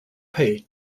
pay